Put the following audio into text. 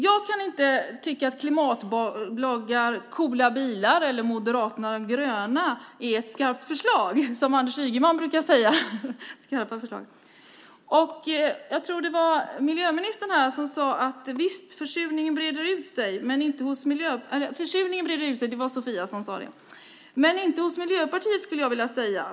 Jag kan inte tycka att klimatbloggar, coola bilar eller "Moderaterna de gröna" är ett skarpt förslag - som Anders Ygeman brukar säga: skarpa förslag. Sofia sade att försurningen breder ut sig, men inte hos Miljöpartiet, skulle jag vilja säga.